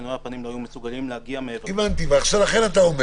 מנועי הפנים לא היו מסוגלים - עכשיו השר אומר: